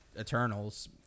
Eternals